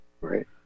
Right